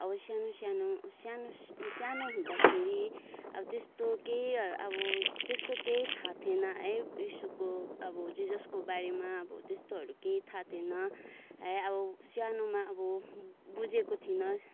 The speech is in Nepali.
अब सानो सानो सानो सानो हुँदाखेरि अब त्यस्तो केही अब त्यस्तो केही थाहा थिएन है इसुको अब जिजसकोबारेमा अब त्यस्तोहरू केही थाहा थिएन है अब सानोमा अब बुझेको थिइनँ